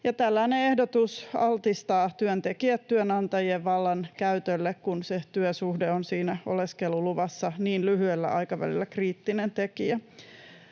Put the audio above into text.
Tällainen ehdotus altistaa työntekijät työnantajien vallankäytölle, kun se työsuhde on siinä oleskeluluvassa. Lyhyellä aikavälillä kriittinen tekijä.